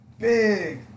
big